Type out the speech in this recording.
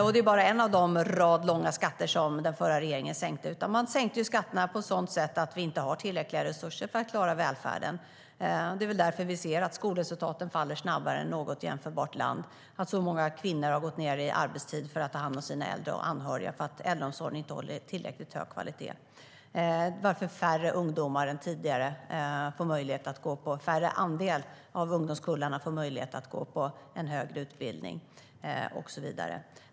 Det är bara en av den långa raden skatter som den förra regeringen sänkte. Man sänkte skatterna på ett sådant sätt att vi inte har tillräckliga resurser för att klara välfärden. Det är väl därför som skolresultaten faller snabbare än i något jämförbart land, som många kvinnor har gått ned i arbetstid för att ta hand om sina äldre och anhöriga eftersom äldreomsorgen inte håller tillräckligt hög kvalitet, som en mindre andel av ungdomskullarna än tidigare får möjlighet att gå en högre utbildning och så vidare.